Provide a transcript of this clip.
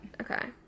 Okay